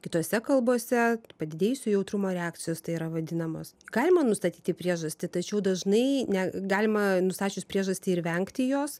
kitose kalbose padidėjusio jautrumo reakcijos tai yra vadinamos galima nustatyti priežastį tačiau dažnai ne galima nustačius priežastį ir vengti jos